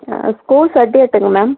school certificate எங்கே ma'am